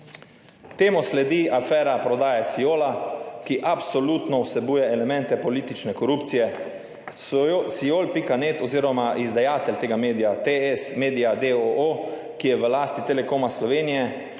Temu sledi afera prodaje SiOL-a, ki absolutno vsebuje elemente politične korupcije. SiOL.net oziroma izdajatelj tega medija TS Media d. o. o., ki je v lasti Telekoma Slovenije,